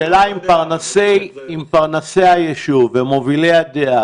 השאלה אם פרנסי היישוב ומובילי הדעה